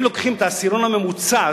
אם לוקחים את העשירון הממוצע,